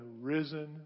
risen